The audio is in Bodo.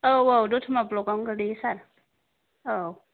औ औ दत'मा ब्ल'कआवनो गोलैयो सार औ